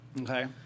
Okay